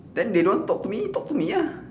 then they don't talk to me talk to me ya